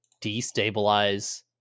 destabilize